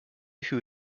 who